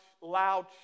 loud